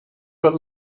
but